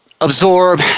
absorb